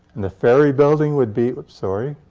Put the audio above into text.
and the ferry building would be sorry.